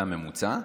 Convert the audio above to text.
הצופה הממוצע,